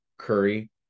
Curry